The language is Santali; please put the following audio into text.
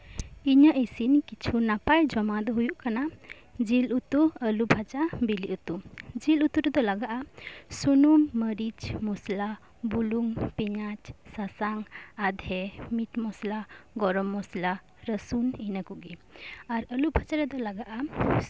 ᱤᱧᱟᱹᱜ ᱤᱥᱤᱱᱟᱜ ᱠᱤᱪᱷᱩ ᱱᱟᱯᱟᱭ ᱡᱚᱢᱟᱜ ᱫᱚ ᱦᱩᱭᱩᱜ ᱠᱟᱱᱟ ᱡᱤᱞ ᱩᱛᱩ ᱟᱹᱞᱩ ᱵᱷᱟᱡᱟ ᱵᱤᱞᱤ ᱩᱛᱩ ᱡᱤᱞ ᱩᱛᱩ ᱨᱮᱫᱚ ᱞᱟᱜᱟᱜᱼᱟ ᱥᱩᱱᱩᱢ ᱢᱟᱹᱨᱤᱪ ᱢᱚᱥᱞᱟ ᱵᱩᱞᱩᱝ ᱯᱮᱸᱭᱟᱡ ᱥᱟᱥᱟᱝ ᱟᱫᱦᱮ ᱢᱤᱴᱢᱚᱥᱞᱟ ᱜᱚᱨᱚᱢ ᱢᱚᱥᱞᱟ ᱨᱟᱹᱥᱩᱱ ᱤᱱᱟᱹᱠᱚᱜᱮ ᱟᱨ ᱟᱹᱞᱩ ᱵᱷᱟᱡᱟ ᱨᱮᱫᱚ ᱞᱟᱜᱟᱜᱼᱟ